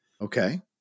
okay